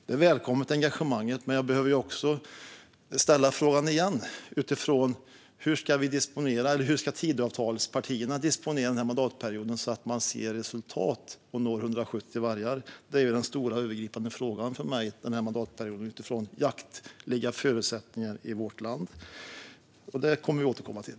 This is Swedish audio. Jag välkomnar engagemanget, men jag behöver ställa frågan igen: Hur ska Tidöavtalspartierna disponera mandatperioden så att vi får se resultat och når 170 vargar? Detta är den stora, övergripande frågan för mig under den här mandatperioden, utifrån jaktens förutsättningar i vårt land. Detta kommer vi att återkomma till.